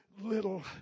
little